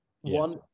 One